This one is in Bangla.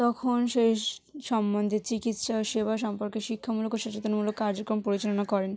তখন সেই সম্বন্ধে চিকিৎসা সেবা সম্পর্কে শিক্ষামূলক ও সচেতনমূলক কার্যক্রম পরিচালনা করেন